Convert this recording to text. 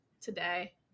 today